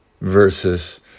versus